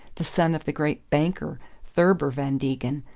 the son of the great banker, thurber van degen,